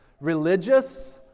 religious